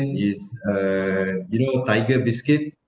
is a you know tiger biscuit